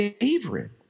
favorite